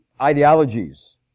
ideologies